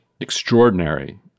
extraordinary